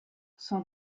son